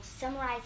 summarize